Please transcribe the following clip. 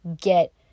get